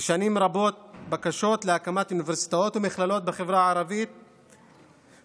שנים רבות בקשות להקמת אוניברסיטאות ומכללות בחברה הערבית שוכבות